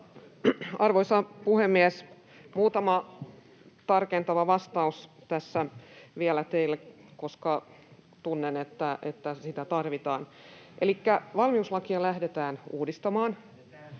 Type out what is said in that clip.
Arvoisa puhemies! Muutama tarkentava vastaus tässä vielä teille, koska tunnen, että sitä tarvitaan: Elikkä valmiuslakia lähdetään uudistamaan.